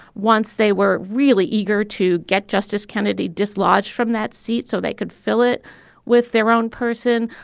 once they were really eager to get justice kennedy dislodged from that seat so they could fill it with their own person.